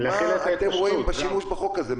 מה אתם רואים כשימוש בחוק הזה?